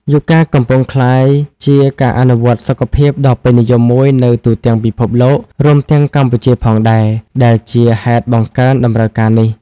យូហ្គាកំពុងក្លាយជា ការអនុវត្តន៍សុខភាពដ៏ពេញនិយមមួយនៅទូទាំងពិភពលោក រួមទាំងកម្ពុជាផងដែរ ដែលជាហេតុបង្កើនតម្រូវការនេះ។